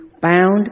bound